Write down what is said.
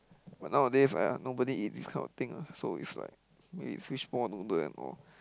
but nowadays uh nobody eat this kind of thing lah so it's like maybe fishball-noodle and all